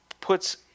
puts